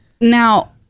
Now